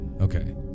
Okay